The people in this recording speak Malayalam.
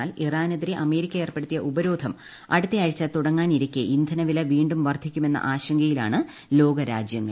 എന്നാൽ ഇറാനെതിരെ അമേരിക്ക ഏർപ്പെടുത്തിയ് ഉപരോധം അടുത്ത ആഴ്ച തുടങ്ങാനിരിക്കെ ഇന്ധനവില വീണ്ടും വർദ്ധിക്കുമെന്ന ആശങ്കയിലാണ് ലോകരാജ്യങ്ങൾ